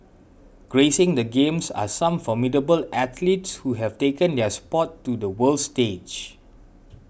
gracing the Games are some formidable athletes who have taken their sport to the world stage